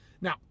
Now